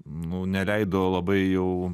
nu neleido labai jau